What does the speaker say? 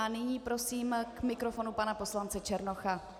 Nyní prosím k mikrofonu pana poslance Černocha.